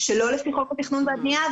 -- שלא לפי חוק התכנון והבנייה,